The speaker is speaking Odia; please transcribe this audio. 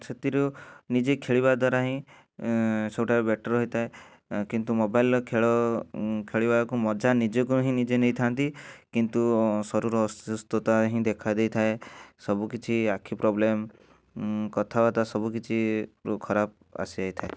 ସେଥିରୁ ନିଜେ ଖେଳିବା ଦ୍ଵାରା ହଁ ସବୁଠାରୁ ବେଟର୍ ହୋଇଥାଏ କିନ୍ତୁ ମୋବାଇଲର ଖେଳ ଖେଳିବାକୁ ମଜା ନିଜକୁ ହିଁ ନିଜେ ନେଇଥାନ୍ତି କିନ୍ତୁ ଶରୀର ଅସୁସ୍ଥତା ହିଁ ଦେଖା ଦେଇଥାଏ ସବୁକିଛି ଆଖି ପ୍ରୋବ୍ଲେମ୍ କଥାବାର୍ତ୍ତା ସବୁକିଛି ଖରାପ ଆସିଯାଇଥାଏ